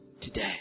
today